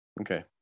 Okay